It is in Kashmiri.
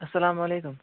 السَلامُ علیکُم